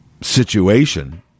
situation